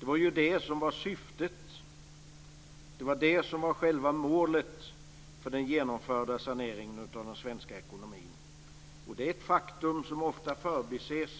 Det var ju det som var syftet, som var själva målet, för den genomförda saneringen av den svenska ekonomin. Det är ett faktum som ofta förbises